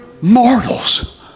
mortals